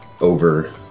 over